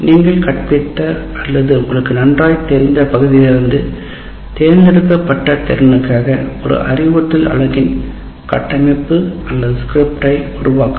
நீங்கள் கற்பித்த அல்லது தெரிந்த பகுதியிலிருந்து தேர்ந்தெடுக்கப்பட்ட திறனுக்காக ஒரு அறிவுறுத்தல் பிரிவின் கட்டமைப்பு அல்லது ஸ்கிரிப்டை உருவாக்கவும்